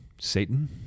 Satan